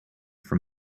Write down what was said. from